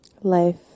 Life